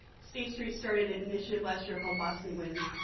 state street started an initiative last year called boston wins,